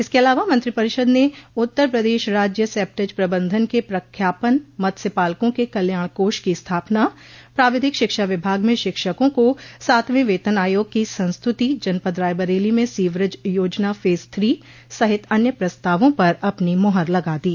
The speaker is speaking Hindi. इसके अलावा मंत्रिपरिषद ने उत्तर प्रदेश राज्य सेप्टेज प्रबंधन के प्रख्यापन मत्स्य पालकों के कल्याण कोष की स्थापना प्राविधिक शिक्षा विभाग में शिक्षकों का सातवें वेतन आयोग की संस्तुति जनपद रायबरेली में सीवरेज योजना फेज थ्री सहित अन्य प्रस्तावों पर अपनी मुहर लगा दी